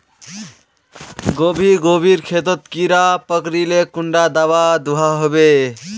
गोभी गोभिर खेतोत कीड़ा पकरिले कुंडा दाबा दुआहोबे?